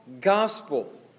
gospel